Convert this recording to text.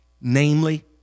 Namely